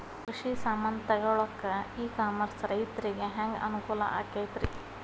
ಕೃಷಿ ಸಾಮಾನ್ ತಗೊಳಕ್ಕ ಇ ಕಾಮರ್ಸ್ ರೈತರಿಗೆ ಹ್ಯಾಂಗ್ ಅನುಕೂಲ ಆಕ್ಕೈತ್ರಿ?